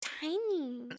tiny